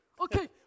Okay